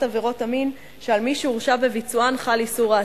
עבירות המין שעל מי שהורשע בביצוען חל איסור העסקה.